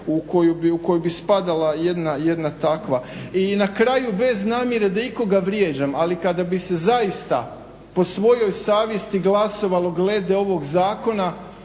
u koju bi spadala jedna takva. I na kraju, bez namjere da ikoga vrijeđam, ali kada bi se zaista po svojoj savjesti glasovalo glede ovog zakona,